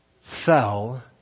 fell